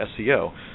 SEO